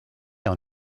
are